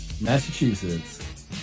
Massachusetts